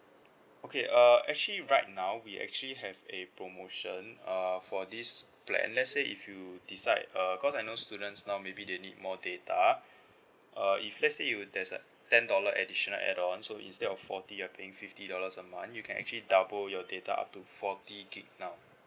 okay uh actually right now we actually have a promotion err for this plan let's say if you decide err cause I know students now maybe they need more data uh if let's say you there's a ten dollar additional add-on so instead of forty you're paying fifty dollars a month you can actually double your data up to forty gig now